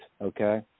okay